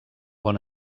bon